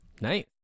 Nice